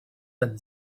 and